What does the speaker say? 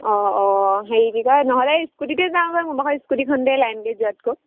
অঁ অঁ হেৰি কয় নহ'লে স্কুটিতে যাওঁ পাৰিব স্কুটিখনতে লাইন গাড়ীত যোৱাতকৈ